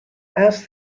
ask